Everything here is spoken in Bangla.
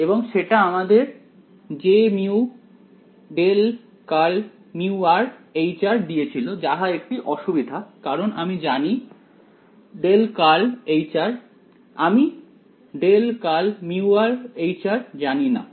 এবং সেটা আমাদের দিয়েছিল যাহা একটি অসুবিধা কারণ আমি জানি আমি জানি না